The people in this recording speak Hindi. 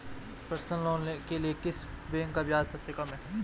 पर्सनल लोंन के लिए किस बैंक का ब्याज सबसे कम है?